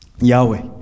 Yahweh